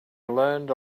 learned